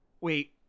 Wait